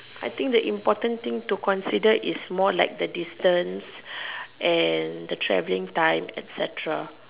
I think the important thing to consider is more like the distance and the traveling time etcetera